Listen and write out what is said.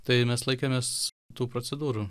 tai mes laikėmės tų procedūrų